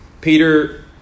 Peter